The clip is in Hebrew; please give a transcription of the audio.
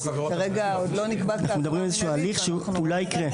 אנחנו מדברים על הליך שאולי יקרה.